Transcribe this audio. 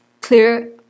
clear